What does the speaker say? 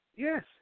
Yes